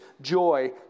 joy